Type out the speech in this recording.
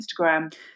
Instagram